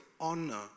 honor